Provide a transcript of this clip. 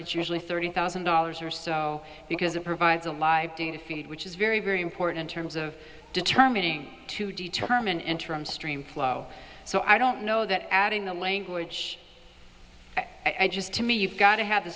it's usually thirty thousand dollars or so because it provides a live data feed which is very very important terms of determining to determine interim stream flow so i don't know that adding the language i just to me you've got to have the